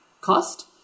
cost